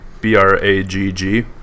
b-r-a-g-g